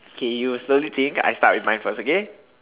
K you slowly think I start with my first okay